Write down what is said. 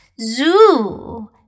Zoo